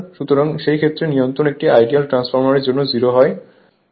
সুতরাং সেই ক্ষেত্রে নিয়ন্ত্রণ একটি আইডিয়াল ট্রান্সফরমারের জন্য 0 হয়